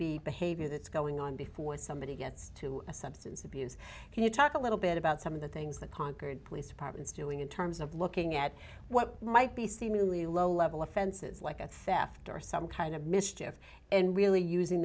be behavior that's going on before somebody gets to a substance abuse can you talk a little bit about some of the things the concord police department is doing in terms of looking at what might be seemingly low level offenses like a theft or some kind of mischief and really using